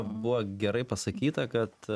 buvo gerai pasakyta kad